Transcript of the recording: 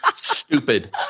Stupid